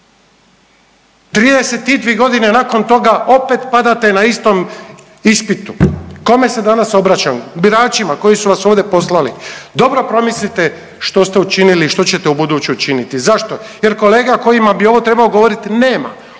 32 godine nakon toga opet padate na tom ispitu. Kome se danas obraćam? Biračima koji su vas ovdje poslali. Dobro promislite što ste učinili, što ćete u buduće učiniti. Zašto? Jer kolege o kojima bi ovo trebao govoriti nema,